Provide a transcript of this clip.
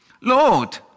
Lord